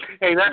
Hey